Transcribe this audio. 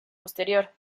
posterior